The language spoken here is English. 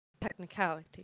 technicality